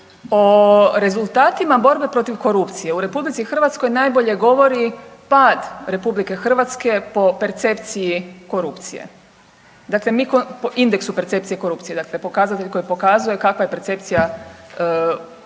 O rezultatima borbe protiv korupcije u RH najbolje govori pad RH po percepciji korupcije, dakle mi, po indeksu percepcije korupcije dakle pokazatelj koji pokazuje kakva je percepcija korupcije